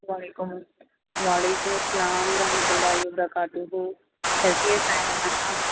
وعلیکم وعلیکم السلام و رحمتہ اللہ وبرکاتہ کیسی ہے سائمہ میم آپ